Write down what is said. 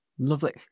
Lovely